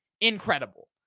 incredible